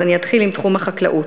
אני אתחיל עם תחום החקלאות.